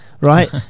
Right